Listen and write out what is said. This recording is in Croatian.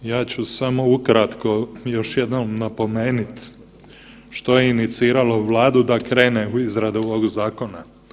Ja ću samo ukratko još jednom napomenut što je iniciralo Vladu da krene u izradu ovog zakona.